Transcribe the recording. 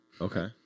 Okay